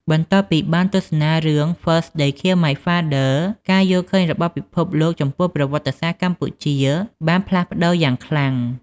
បន្ទាប់ពីបានទស្សនារឿង First They Killed My Father ការយល់ឃើញរបស់ពិភពលោកចំពោះប្រវត្តិសាស្ត្រកម្ពុជាបានផ្លាស់ប្ដូរយ៉ាងខ្លាំង។